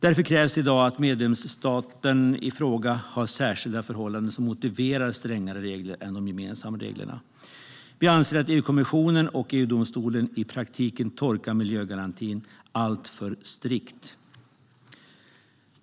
Därför krävs det i dag att medlemsstaten i fråga har särskilda förhållanden som motiverar strängare regler än de gemensamma reglerna. Vi anser att EU-kommissionen och EU-domstolen i praktiken tolkar miljögarantin alltför strikt.